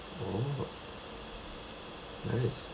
oh nice